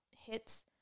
hits